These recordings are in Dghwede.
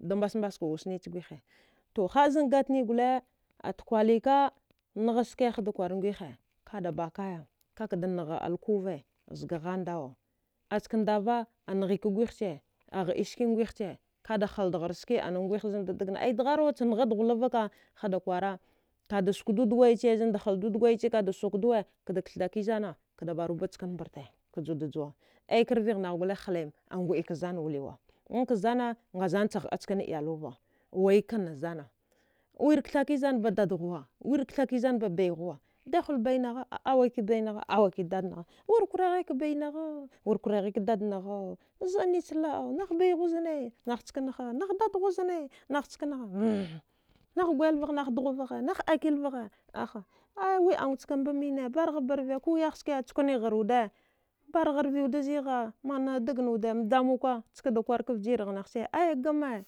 Dambasmbaska wusnich gwihe to haəzan gatni gole atkwalika nghaske hada kwara ngwihe kaga bakaya kakada nghe. a lkuva zda ghandawa askandava anghika ghwihche aghəi ske nghwihche kadahaldghar ske ana nghwih zanda dangna ai dgharwa changhad ghulavaka hada kwara kada sukdu dgwaiche zanda haldo dgwaiche kada sukduwe kda kachdaki zana kada barubachkan mbarte ka juda juwa aika rvighnagh gle hlem anguɗika zan wuliwa nanka zana ngazancha gəa chkana iyalwava wayi kanna zana wirkthaki zanba dadghuwa wir kthakizanba baighuwa bainagha a awakibainagha a awaki dad nagha wirkuraghik bainaghau wir kuraghik dadnaghu zəanich laəa nah baighu zne nahcha chkanaha nah dadghuwa zne hmm nahgwayal vagha nah dughvagah nah əadilvagha aha aya wiəaugchamba mine barghaba rve kuwiyah ske chkni gharwude bargha rviwudzigha manadagnaude mdamuka ka skada kwarka vjirghnaghche aya gama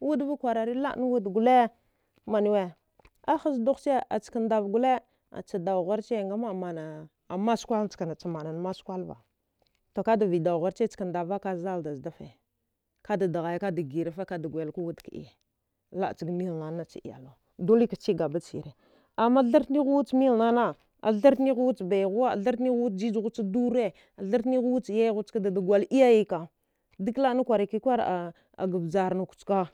wudava kwarari la. an wud gole manwe ahaz dughche askandav dole a chadaugharche ngama. a mana maskwal chkna chamanan maskwalva to kada viydau gharche skandava ka zalda zdafe kada dghaya kada girafa kada gwalyalka wuda kəiye laəchga milnanannacha iyalwa dolika chigabat sire amma athartnigh wuch milnana tharthnigh wuch baighuwa thartnigh wuch jijghuwacha dure athartnigh wuch yayi ghuwa ska dadagwal iyayeka duklaə na kwarakikwarga vjarnuk chka